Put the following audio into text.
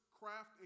craft